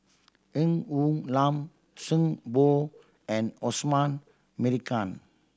Ng Woon Lam Zhang Bohe and Osman Merican